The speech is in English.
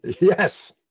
Yes